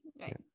right